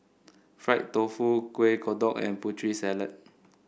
Fried Tofu Kueh Kodok and Putri Salad